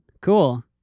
Cool